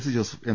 C Joseph M